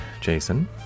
jason